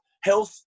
health